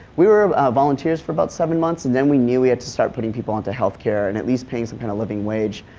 we were volunteers for about seven months and then we knew we had to start putting people on to healthcare and at least paying some kind of living wage.